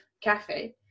cafe